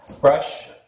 brush